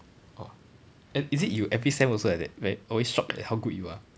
is it you every sem also like that ver~ always shock at how good you are